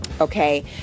Okay